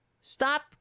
Stop